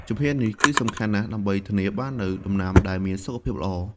ជំហាននេះគឺសំខាន់ណាស់ដើម្បីធានាបាននូវដំណាំដែលមានសុខភាពល្អ។